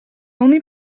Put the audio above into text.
only